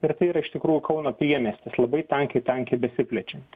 ir tai yra iš tikrųjų kauno priemiestis labai tankiai tankiai besiplečiant